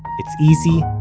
it's easy,